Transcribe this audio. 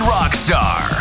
Rockstar